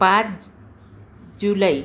पाच जुलै